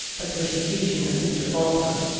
the persecution of mr. falkland.